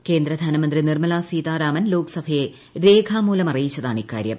ഈ കേന്ദ്ര ധനമന്ത്രി നിർമലാ സീതാരാമൻ ലോക്സഭയെ ്രേഖ്വാമൂലം അറിയിച്ചതാണ് ഇക്കാര്യം